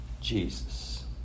Jesus